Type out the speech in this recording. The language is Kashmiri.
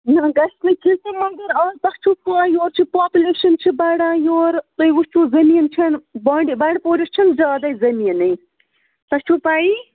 گژھنہٕ کیٚںٛہہ تہٕ مگر آز تۄہہِ چھُو پَے یورٕ چھِ پاپلیشَن چھِ بَڑان یورٕ تُہۍ وٕچھُو زمیٖن چھَنہٕ بانٛڈی بنٛڈٕ پوٗرِس چھِنہٕ زیادَے زمیٖنٕے تۄہہِ چھُو پَیی